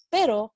Pero